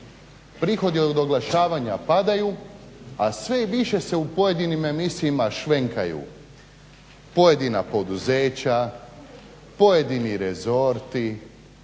Prihodi od oglašavanja padaju, a sve se više u pojedinim emisijama švenkaju pojedina poduzeća, pojedini rezorti,